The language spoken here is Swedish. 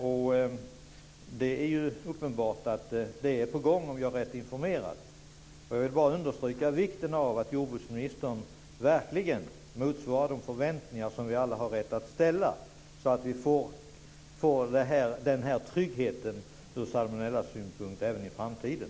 Det är uppenbart att det är på gång, om jag är rätt informerad. Jag vill bara understryka vikten av att jordbruksministern verkligen motsvarar de förväntningar som vi ju alla har rätt att ställa, så att vi får trygghet ur salmonellasynpunkt även i framtiden.